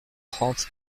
trente